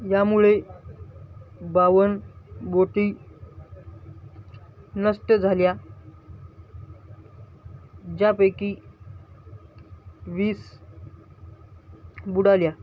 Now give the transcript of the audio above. यामुळे बावन्न बोटी नष्ट झाल्या ज्यापैकी वीस बुडाल्या